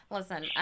Listen